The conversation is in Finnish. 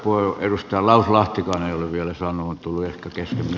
edustaja lauslahtikaan ei ole vielä saanut on tullut ehkä kesken myös